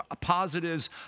positives